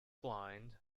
blind